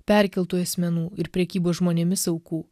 perkeltųjų asmenų ir prekybos žmonėmis aukų